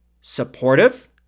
supportive